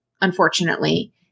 unfortunately